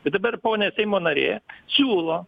bet dabar ponia seimo narė siūlo